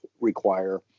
require